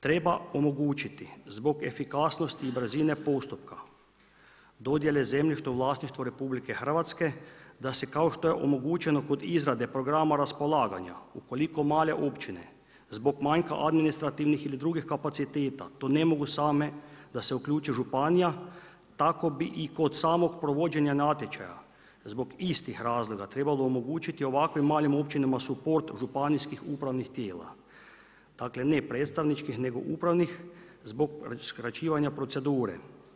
Treba omogućiti zbog efikasnosti i brzine postupka dodjele zemljišta u vlasništvo RH da se kao što je omogućeno kod izrade programa raspolaganja ukoliko male općine zbog manjka administrativnih ili drugih kapaciteta to ne mogu same da se uključi županija, tako bi i kod samog provođenja natječaja zbog istih razloga trebalo omogućiti ovakvim malim općinama suport županijskih upravnih tijela, dakle ne predstavničkih nego upravnih zbog skraćivanja procedure.